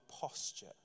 posture